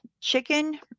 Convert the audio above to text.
chicken